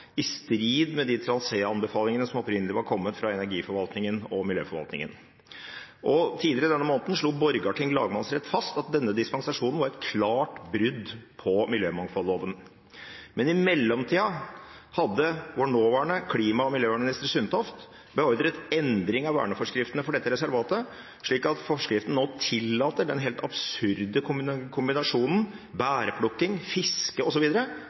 i strid med de traséanbefalingene som opprinnelig var kommet fra energiforvaltningen og miljøforvaltningen. Tidligere denne måneden slo Borgarting lagmannsrett fast at denne dispensasjonen var et klart brudd på naturmangfoldloven, men i mellomtida hadde vår nåværende klima- og miljøminister, Sundtoft, beordret endring av verneforskriftene for dette reservatet, slik at forskriften nå tillater den helt absurde kombinasjonen bærplukking, fiske